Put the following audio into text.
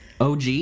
OG